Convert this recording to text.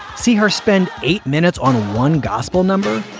see her spend eight minutes on one gospel number.